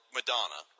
Madonna